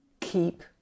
Keep